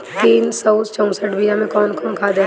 तीन सउ चउसठ बिया मे कौन खाद दलाई?